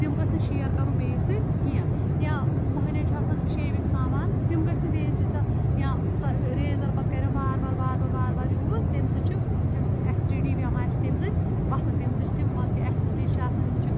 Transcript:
تِم گژھۍ نہٕ شیر کَرُن بییِس سۭتۍ کیٚنٛہہ یا مٕہٕنِی وین چھُ شیوِنٛگ سامان تِم گژھۍ نہٕ بییِس سۭتۍ سۄ یا سۄ ریزر پتہٕ کَرَن باربار بار بار بار بار یوٗز تمہِ سۭتۍ چھِ تِم ایس ٹی ڈی بٮ۪مارِ تمہِ سۭتۍ وَتَھان تمہِ سۭتۍ چھِ تِم ایس ٹی ڈی چھِ آسان یِم چھِ